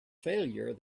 failure